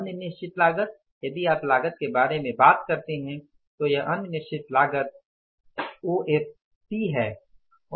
अन्य निश्चित लागत यदि आप लागत के बारे में बात करते हैं तो यह अन्य निश्चित लागत OFC है